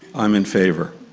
i'm in favour.